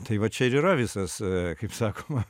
tai va čia ir yra visas kaip sakoma